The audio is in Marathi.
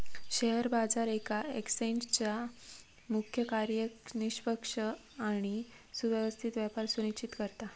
शेअर बाजार येका एक्सचेंजचा मुख्य कार्य निष्पक्ष आणि सुव्यवस्थित व्यापार सुनिश्चित करता